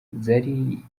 zari